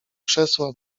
krzesła